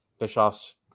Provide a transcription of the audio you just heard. Bischoff's